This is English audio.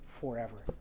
forever